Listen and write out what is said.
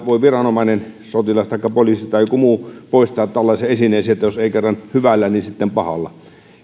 voi viranomainen sotilas taikka poliisi tai joku muu poistaa tällaisen esineen jos ei kerran hyvällä niin sitten pahalla